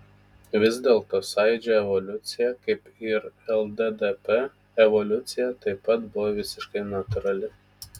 vis dėlto sąjūdžio evoliucija kaip ir lddp evoliucija taip pat buvo visiškai natūrali